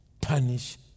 punish